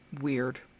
Weird